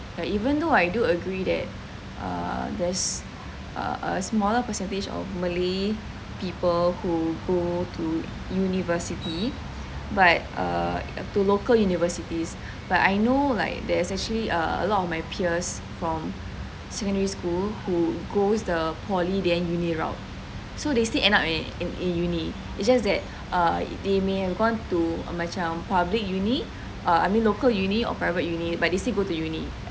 even though I do agree that err there's a smaller percentage of malay people who go to university but err to local universities but I know like there's actually a lot of my peers from secondary school who goes the poly then uni route so they still end up in a in a uni is just that they may have gone to err macam public uni ah I mean local uni or private uni but they still go to uni